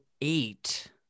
eight